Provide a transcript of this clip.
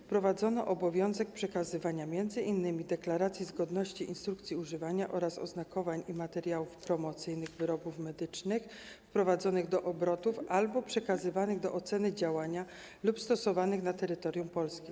Wprowadzono obowiązek przekazywania m.in. deklaracji zgodności, instrukcji używania oraz oznakowań i materiałów promocyjnych wyrobów medycznych wprowadzanych do obrotu albo przekazywanych do oceny działania lub stosowanych na terytorium Polski.